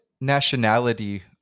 nationality